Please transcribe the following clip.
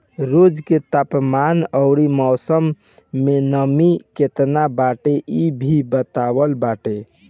रोज के तापमान अउरी मौसम में नमी केतना बाटे इ भी बतावत बाटे